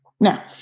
Now